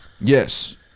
Yes